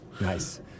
Nice